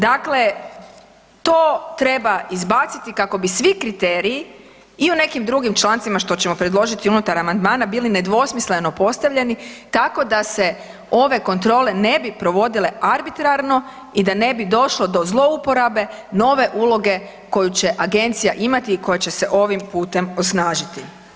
Dakle, to treba izbaciti kako bi svi kriteriji i u nekim drugim člancima što ćemo predložiti unutar amandmana bili nedvosmisleno postavljeni tako da se ove kontrole ne bi provodile arbitrarno i da ne bi došlo do zlouporabe nove uloge koju će agencija imati i koja će se ovim putem osnažiti.